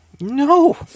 No